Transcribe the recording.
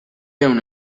ehun